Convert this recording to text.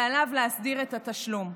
ושעליו להסדיר את התשלום.